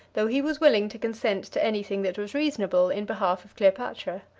though he was willing to consent to any thing that was reasonable in behalf of cleopatra.